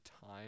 time